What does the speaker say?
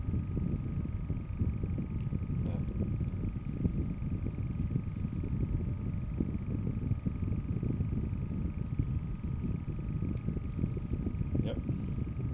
ya yup